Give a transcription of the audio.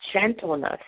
gentleness